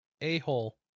a-hole